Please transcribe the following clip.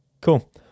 Cool